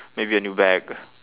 maybe a new bag